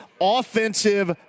offensive